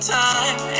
time